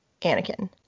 Anakin